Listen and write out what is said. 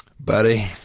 Buddy